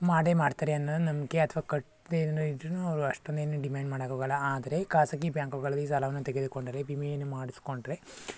ಮಾಡೇ ಮಾಡ್ತಾರೆ ಅನ್ನೋ ನಂಬಿಕೆ ಅಥವಾ ಕಟ್ದೇ ಇದ್ರು ಅವರು ಅಷ್ಟೊಂದೇನೂ ಡಿಮ್ಯಾಂಡ್ ಮಾಡಕ್ಕೋಗಲ್ಲ ಆದರೆ ಖಾಸಗಿ ಬ್ಯಾಂಕುಗಳಲ್ಲಿ ಸಾಲವನ್ನು ತೆಗೆದುಕೊಂಡರೆ ವಿಮೆಯನ್ನು ಮಾಡಿಸ್ಕೊಂಡ್ರೆ